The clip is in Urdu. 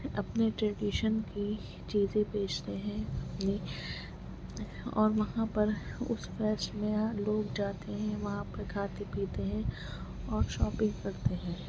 اپنی ٹریڈیشن کی چیزیں بیچتے ہیں اپنی اور وہاں پر اس فیسٹ میں ہاں لوگ جاتے ہیں وہاں پر کھاتے پیتے ہیں اور شاپنگ کرتے ہیں